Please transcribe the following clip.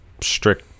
strict